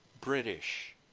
British